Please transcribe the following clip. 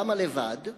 למה לבד?